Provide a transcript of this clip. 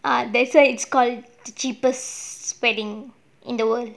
err that's why it's called the cheapest wedding in the world